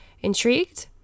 Intrigued